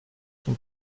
son